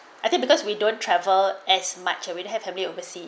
I think because we don't travel as much as we'd have have me oversea